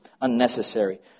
unnecessary